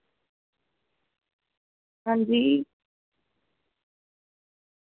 आं जी